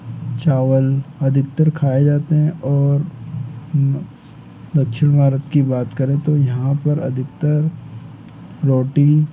चावल अधिकतर खाए जाते हैं और दक्षिण भारत की बात करें तो यहाँ पर अधिकतर रोटी